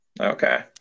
Okay